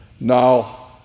Now